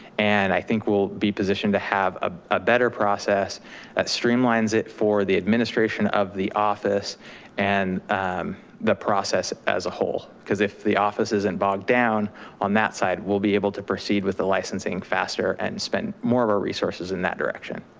and i think we'll be positioned to have ah a better process that ah streamlines it for the administration of the office and the process as a whole. cause if the office isn't bogged down on that side, we'll be able to proceed with the licensing faster and spend more of our resources in that direction.